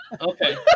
okay